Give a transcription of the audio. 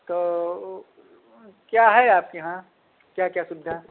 तो क्या है आपके यहाँ क्या क्या सुविधा